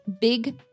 big